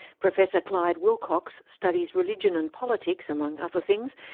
professor clyde wilcox studies religion and politics, among other things,